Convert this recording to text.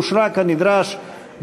אושרה כנדרש,